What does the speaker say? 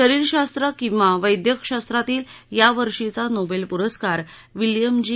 शरीरशास्त्र किंवा वैद्यकशास्त्रातील या वर्षीचा नोबेल पुरस्कार विल्यम जी